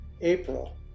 April